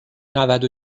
نود